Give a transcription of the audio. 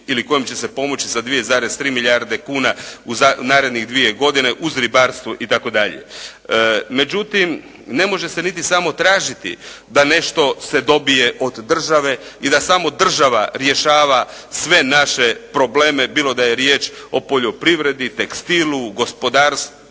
kojem će se pomoći za 2,3 milijarde kuna u narednih 2 godine uz ribarstvo itd. Međutim, ne može se niti samo tražiti da nešto se dobije od države i da samo država rješava sve naše probleme, bilo da je riječ o poljoprivredi, tekstilu, nekim drugim